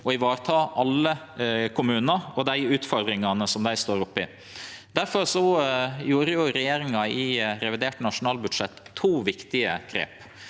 å vareta alle kommunane og dei utfordringane dei står oppe i. Difor gjorde regjeringa i revidert nasjonalbudsjett to viktige grep.